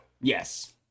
Yes